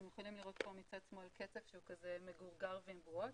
אתם יכולים לראות פה מצד שמאל קצף מגורגר ועם בועות,